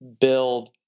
build